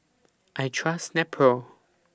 I Trust Nepro